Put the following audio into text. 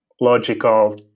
logical